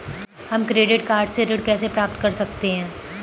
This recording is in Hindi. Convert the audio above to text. हम क्रेडिट कार्ड से ऋण कैसे प्राप्त कर सकते हैं?